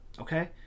okay